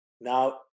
Now